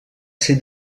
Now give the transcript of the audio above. ser